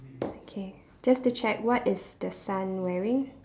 okay just to check what is the son wearing